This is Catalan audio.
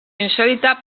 insòlita